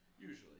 Usually